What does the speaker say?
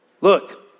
Look